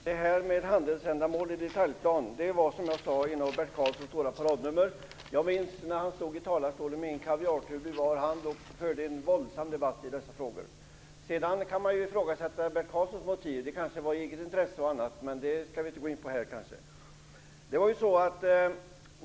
Fru talman! Det som Ulf Björklund nu tar upp var som jag sade ett av Bert Karlssons stora paradnummer. Jag minns när han stod i talarstolen med en kaviartub i var hand och förde en våldsam debatt i dessa frågor. Sedan kan man ju ifrågasätta Bert Karlssons motiv - han kan ju ha talat i eget intresse, men det kanske vi inte skall gå in på här.